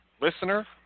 listener